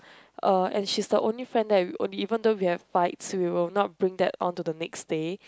uh and she's the only friend that we even though we have fights we will not bring that onto the next day